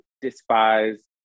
despise